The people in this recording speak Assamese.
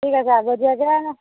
ঠিক আছে আগতীয়াকৈ